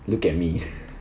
look at me